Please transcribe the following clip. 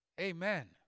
Amen